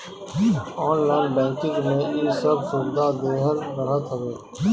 online banking में इ सब सुविधा देहल रहत हवे